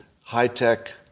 high-tech